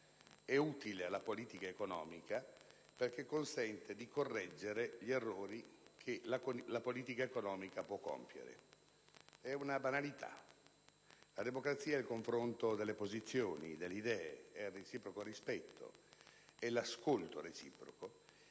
è utile alla politica economica perché consente di correggere gli errori che la politica economica può compiere. È una banalità; la democrazia è il confronto delle posizioni, delle idee, è il reciproco rispetto, è l'ascolto reciproco,